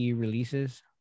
releases